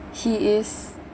he is